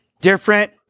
different